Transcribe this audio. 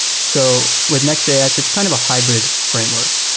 so with nextjs, yeah it's it's kind of a hybrid framework.